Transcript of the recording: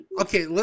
okay